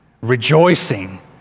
rejoicing